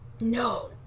No